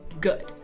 Good